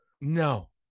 No